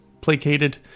placated